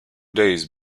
days